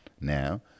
now